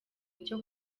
cyo